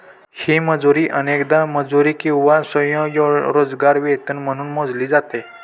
ही मजुरी अनेकदा मजुरी किंवा स्वयंरोजगार वेतन म्हणून मोजली जाते